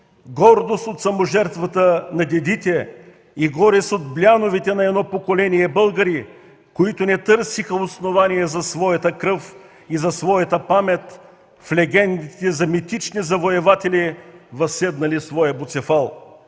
гордост от саможертвата на дедите и горест от бляновете на едно поколение българи, които не търсиха основание за своята кръв и за своята памет в легендите за митични завоеватели, възседнали своя Буцефал,